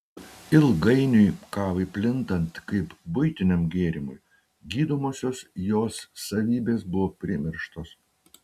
ilgainiui kavai plintant kaip buitiniam gėrimui gydomosios jos savybės buvo primirštos